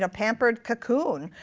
ah pampered cocoon,